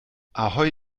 ahoi